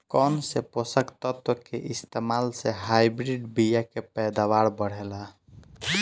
कौन से पोषक तत्व के इस्तेमाल से हाइब्रिड बीया के पैदावार बढ़ेला?